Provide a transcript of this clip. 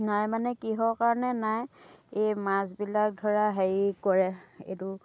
নাই মানে কিহৰ কাৰণে নাই এই মাছবিলাক ধৰা হেৰি কৰে এইটো